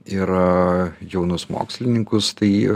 ir jaunus mokslininkus tai